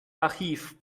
archiv